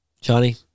Johnny